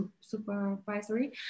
supervisory